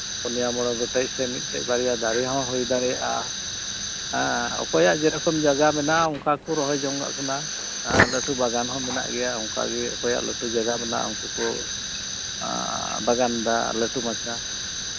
ᱯᱳᱱᱭᱟ ᱢᱚᱬᱮ ᱜᱚᱴᱮᱡ ᱥᱮ ᱢᱤᱫᱴᱟᱱ ᱵᱟᱨᱭᱟ ᱫᱟᱨᱮ ᱦᱚᱸ ᱦᱩᱭ ᱫᱟᱲᱮᱭᱟᱜᱼᱟ ᱦᱮᱸ ᱚᱠᱚᱭᱟᱜ ᱡᱮᱨᱚᱠᱚᱢ ᱡᱟᱭᱜᱟ ᱢᱮᱱᱟᱜᱼᱟ ᱚᱱᱠᱟ ᱜᱮᱠᱚ ᱨᱚᱦᱚᱭ ᱡᱚᱝ ᱟᱜ ᱠᱟᱱᱟ ᱦᱮᱸ ᱞᱟᱹᱴᱩ ᱵᱟᱜᱟᱱ ᱦᱚᱸ ᱢᱮᱱᱟᱜ ᱜᱮᱭᱟ ᱚᱱᱠᱟᱜᱮ ᱚᱠᱚᱭᱟᱜ ᱞᱟᱹᱴᱩ ᱡᱟᱭᱜᱟ ᱢᱮᱱᱟᱜᱼᱟ ᱩᱱᱠᱩ ᱠᱚ ᱵᱟᱜᱟᱱᱫᱟ ᱞᱟᱹᱴᱩ ᱢᱟᱪᱷᱟ